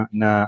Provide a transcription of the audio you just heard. na